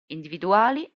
individuali